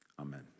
Amen